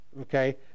Okay